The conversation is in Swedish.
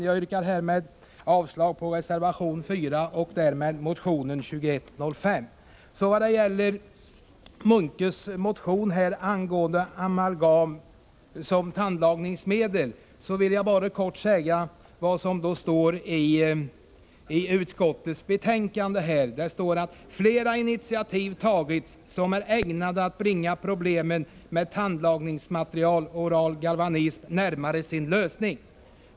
Jag yrkar härmed avslag på reservation 4 och därmed på motion 2105. Vad sedan gäller Sven Munkes motion angående amalgam som tandlagningsmedel vill jag bara kort nämna vad som står i utskottets betänkande om att ”flera initiativ tagits som är ägnade att bringa problemen med tandlagningsmaterial och oral galvanism närmare sin lösning.